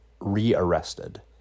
re-arrested